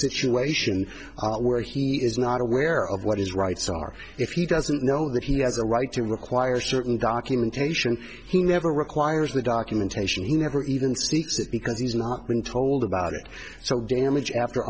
situation where he is not aware of what his rights are if he doesn't know that he has a right to require certain documentation he never requires the documentation he never even speaks it because he's not been told about it so damage after